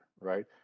right